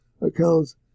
accounts